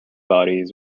bodies